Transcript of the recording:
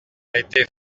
été